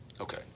Okay